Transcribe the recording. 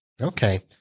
Okay